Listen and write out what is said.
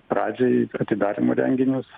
pradžiai atidarymo renginius